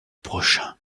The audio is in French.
prochain